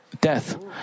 death